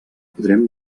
podrem